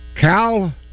Cal